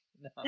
No